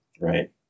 right